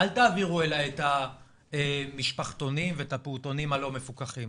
תעבירו אלי את המשפחתונים ואת הפעוטונים הלא מפוקחים,